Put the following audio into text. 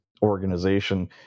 organization